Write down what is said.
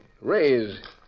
raise